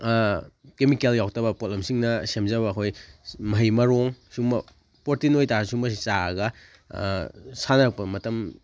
chemical ꯌꯥꯎꯗꯕ ꯄꯣꯠꯂꯝꯁꯤꯡꯅ ꯁꯦꯝꯖꯕ ꯑꯩꯈꯣꯏ ꯃꯍꯩ ꯃꯔꯣꯡ ꯁꯨꯝꯕ ꯄꯣꯔꯇꯤꯟ ꯑꯣꯏꯇꯥꯔꯒꯁꯨ ꯁꯨꯝꯕꯁꯦ ꯆꯥꯔꯒ ꯁꯥꯟꯅꯔꯛꯄ ꯃꯇꯝ